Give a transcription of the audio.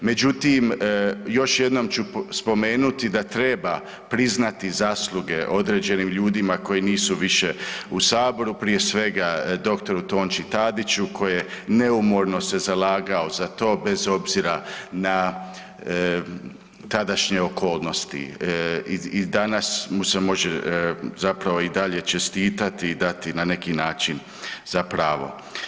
Međutim, još jednom ću spomenuti da treba priznati zasluge određenim ljudima koji nisu više u saboru, prije svega dr. Tonči Tadiću koji je neumorno se zalagao za to bez obzira na tadašnje okolnosti i danas mu se može zapravo i dalje čestitati i dati na neki način za pravo.